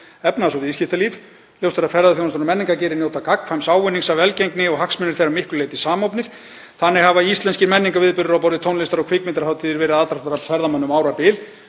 efnahags- og viðskiptalíf. Ljóst er að ferðaþjónustan og menningargeirinn njóta gagnkvæms ávinnings af velgengni og hagsmunir þeirra að miklu leyti samofnir. Þannig hafa íslenskir menningarviðburðir á borð við tónlistar- og kvikmyndahátíðir verið aðdráttarafl ferðamanna um árabil.